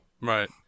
Right